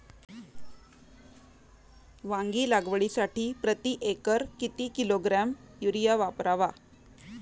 वांगी लागवडीसाठी प्रती एकर किती किलोग्रॅम युरिया वापरावा?